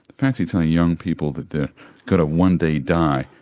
fancy telling young people that they're going to one day die.